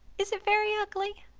is it very ugly?